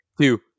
two